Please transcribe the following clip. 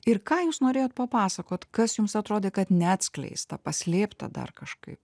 ir ką jūs norėjot papasakot kas jums atrodė kad neatskleista paslėpta dar kažkaip